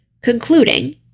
concluding